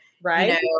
Right